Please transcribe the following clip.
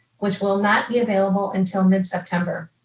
which will not be available until mid-september.